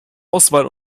auswahl